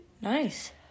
Nice